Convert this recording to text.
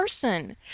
person